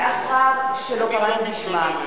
מאחר שלא קראתי בשמם,